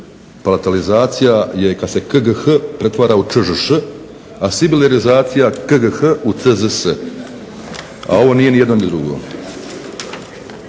Palatalizacija je kad se k,g,h pretvara u č,ž,š, a sibilarizacija k,g,h u c,z,s. A ovo nije nijedno ni drugo.